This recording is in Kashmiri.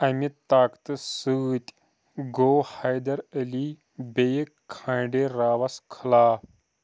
اَمہِ طاقتہٕ سۭتۍ گو٘و حیدر علی بیٚیہِ کھانٛڈے راوَس خٕلاف